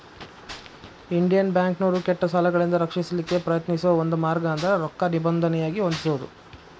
Indian ಬ್ಯಾಂಕ್ನೋರು ಕೆಟ್ಟ ಸಾಲಗಳಿಂದ ರಕ್ಷಿಸಲಿಕ್ಕೆ ಪ್ರಯತ್ನಿಸೋ ಒಂದ ಮಾರ್ಗ ಅಂದ್ರ ರೊಕ್ಕಾ ನಿಬಂಧನೆಯಾಗಿ ಹೊಂದಿಸೊದು